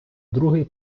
другий